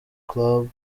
club